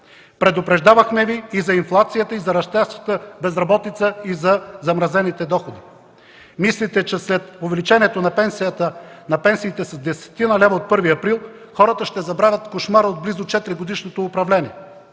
Предупреждавахме Ви и за инфлацията, и за растящата безработица, и за замразените доходи. Мислите, че след увеличението на пенсиите с десетина лева от 1 април хората ще забравят кошмара от близо четиригодишното управление?!